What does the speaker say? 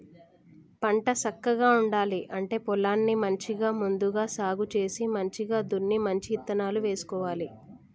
పంట సక్కగా పండాలి అంటే పొలాన్ని మంచిగా ముందుగా సాగు చేసి మంచిగ దున్ని మంచి ఇత్తనాలు వేసుకోవాలి